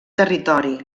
territori